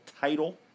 title